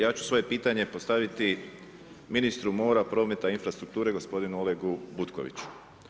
Ja ću svoje pitanje, postaviti ministru mora, prometa i infrastrukture, gospodinu Olegu Butkoviću.